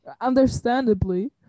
Understandably